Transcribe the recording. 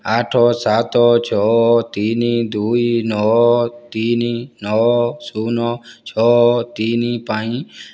ଆଠ ସାତ ଛଅ ତିନି ଦୁଇ ନଅ ତିନି ନଅ ଶୁନ ଛଅ ତିନି ପାଇଁ